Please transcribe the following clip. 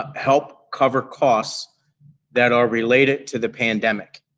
help cover costs that are related to the pandemic.